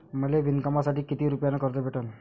मले विणकामासाठी किती रुपयानं कर्ज भेटन?